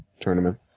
Tournament